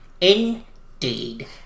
Indeed